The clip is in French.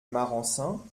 marensin